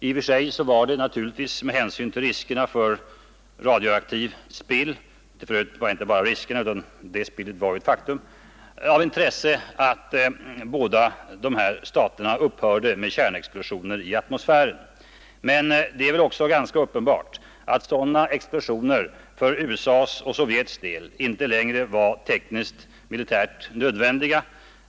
I och för sig var det naturligtvis med hänsyn till farorna med radioaktivt spill av intresse att dessa båda stater upphörde med kärnexplosioner i atmosfären. Men det är väl också ganska uppenbart att sådana explosioner för USA :s och Sovjets del inte längre var tekniskt särskilt nödvändiga.